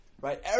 Right